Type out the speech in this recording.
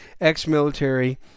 ex-military